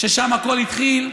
ששם הכול התחיל: